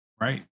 right